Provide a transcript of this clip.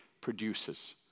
produces